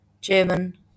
German